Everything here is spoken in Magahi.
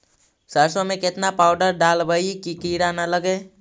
सरसों में केतना पाउडर डालबइ कि किड़ा न लगे?